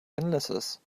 illnesses